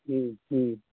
हूँ हूँ